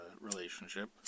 relationship